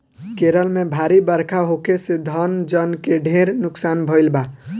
केरल में भारी बरखा होखे से धन जन के ढेर नुकसान भईल बा